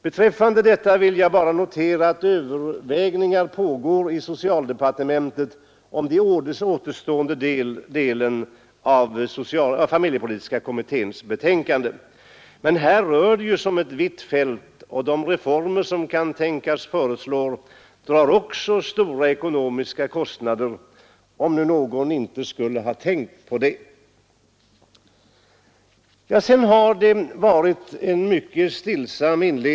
Beträffande detta vill jag bara notera att överväganden görs i socialdepartementet om den återstående delen av familjepolitiska kommitténs betänkande. Men här rör det sig om ett vitt fält, och de reformer som kan tänkas bli föreslagna drar stora kostnader, om nu någon inte skulle ha tänkt på det. Diskussionens inledning har varit mycket stillsam.